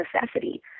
necessity